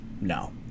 No